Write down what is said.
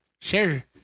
Share